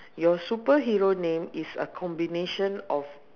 your superhero name is a combination of